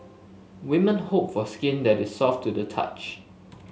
women hope for skin that is soft to the touch